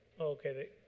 okay